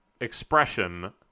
expression